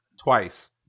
twice